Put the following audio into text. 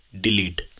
delete